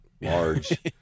large